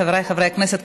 חבריי חברי הכנסת,